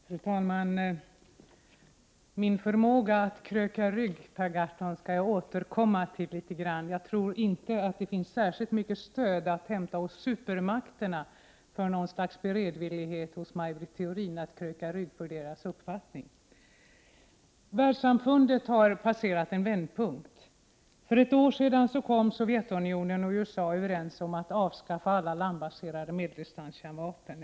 Fru talman! Min förmåga att kröka rygg, Per Gahrton, skall jag kommentera litet. Jag tror inte det finns särskilt mycket stöd att hämta hos supermakterna för något slags beredvillighet hos Maj Britt Theorin att kröka rygg för deras uppfattning. Världssamfundet har passerat en vändpunkt. För ett år sedan kom Sovjetunionen och USA överens om att avskaffa alla landbaserade medeldistansvapen.